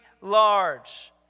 large